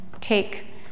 take